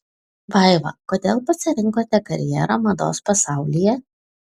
vaiva kodėl pasirinkote karjerą mados pasaulyje